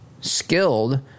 skilled